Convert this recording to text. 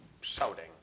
shouting